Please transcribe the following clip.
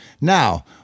Now